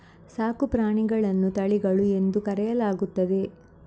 ಸಾಕು ಪ್ರಾಣಿಗಳನ್ನು ತಳಿಗಳು ಎಂದು ಕರೆಯಲಾಗುತ್ತದೆ